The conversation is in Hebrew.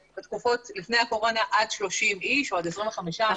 לפני הקורונה זה היה עד 30 איש או עד 25 אנשים.